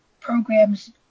programs